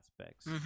aspects